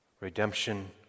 redemption